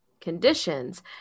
conditions